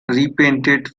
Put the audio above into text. repainted